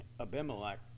Abimelech